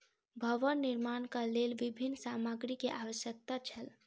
भवन निर्माणक लेल विभिन्न सामग्री के आवश्यकता छल